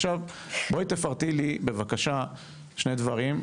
עכשיו בואי תפרטי לי בבקשה שני דברים,